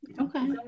Okay